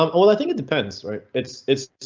um but well, i think it depends, right? it's it's.